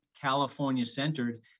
California-centered